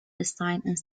assigned